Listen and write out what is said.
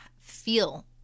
feel